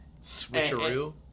Switcheroo